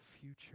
future